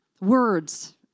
words